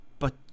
But